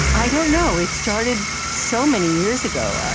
i don't know. it started so many years ago,